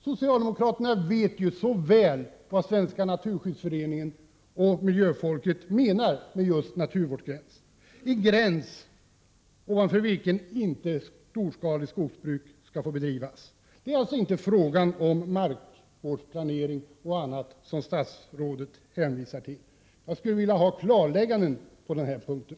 Socialdemokraterna vet ju så väl vad Svenska naturskyddsföreningen och miljöfolket menar med just naturvårdsgräns, nämligen en gräns ovanför vilken storskaliga skogsbruk inte skall få bedrivas. Det är således inte fråga om markvårdsplanering och annat som statsrådet hänvisar till. Jag skulle vilja ha klarlägganden på den här punkten.